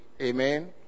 Amen